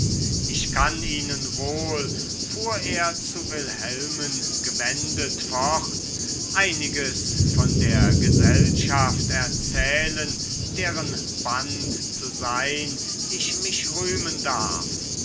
ich kann ihnen wohl fuhr er zu wilhelmen gewendet fort einiges von der gesellschaft erzählen deren band zu sein ich mich rühmen darf